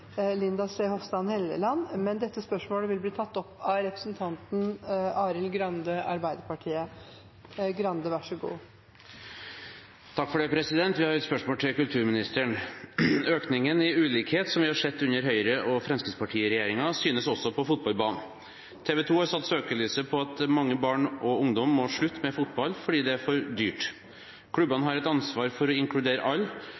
vil bli tatt opp av representanten Arild Grande. Jeg har et spørsmål til kulturministeren: «Økningen i ulikhet som vi har sett under Høyre–Fremskrittsparti-regjeringen, synes også på fotballbanen. TV 2 har satt søkelyset på at mange barn og ungdom må slutte med fotball fordi det er for dyrt. Klubbene har et ansvar for å inkludere alle,